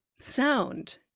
sound